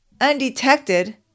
undetected